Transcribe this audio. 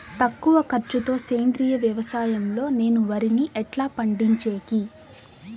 తక్కువ ఖర్చు తో సేంద్రియ వ్యవసాయం లో నేను వరిని ఎట్లా పండించేకి?